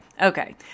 okay